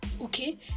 okay